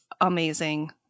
amazing